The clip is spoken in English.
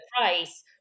price